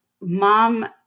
mom